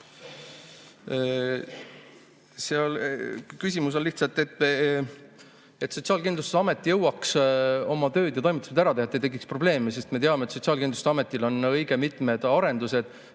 Küsimus on lihtsalt, et Sotsiaalkindlustusamet jõuaks oma tööd ja toimetused ära teha, et ei tekiks probleeme. Me teame, et Sotsiaalkindlustusametil on õige mitmed arendused